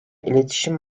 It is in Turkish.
iletişim